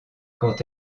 quand